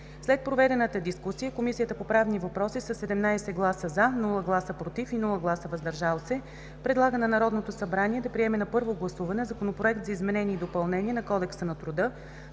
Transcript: След проведената дискусия Комисията по правни въпроси със 17 гласа „за”, без „против“ и „въздържали се” предлага на Народното събрание да приеме на първо гласуване Законопроект за изменение и допълнение на Кодекса на труда,